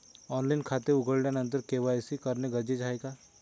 Online खाते उघडल्यानंतर KYC करणे गरजेचे आहे का?